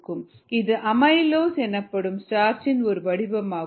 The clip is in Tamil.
இது அமைலோஸ் எனப்படும் ஸ்டார்ச்சின் ஒரு வடிவமாகும்